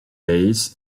base